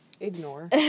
Ignore